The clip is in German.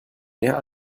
mehr